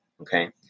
Okay